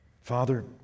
Father